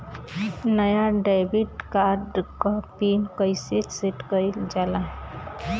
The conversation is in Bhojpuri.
नया डेबिट कार्ड क पिन कईसे सेट कईल जाला?